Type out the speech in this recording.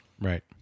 Right